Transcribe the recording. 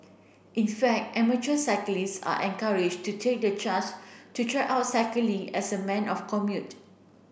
in fact amateur cyclist are encouraged to take the chance to try out cycling as a men of commute